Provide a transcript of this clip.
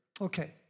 Okay